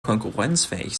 konkurrenzfähig